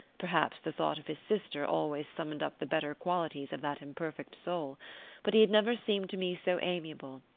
perhaps the thought of his sister always summoned up the better qualities of that imperfect soul but he had never seemed to me so amiable,